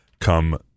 come